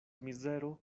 mizero